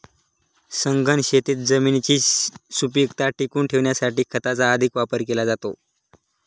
सघन शेतीत जमिनीची सुपीकता टिकवून ठेवण्यासाठी खताचा अधिक वापर केला जातो